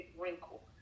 wrinkle